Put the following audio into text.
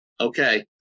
Okay